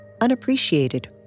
unappreciated